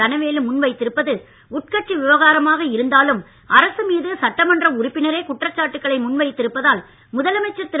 தனவேலு முன் வைத்திருப்பது உட்கட்சி விவகாரமாக இருந்தாலும் அரசு மீது சட்டமன்ற உறுப்பினரே குற்றச்சாட்டுகளை முன்வைத்திருப்பதால் முதலமைச்சர் திரு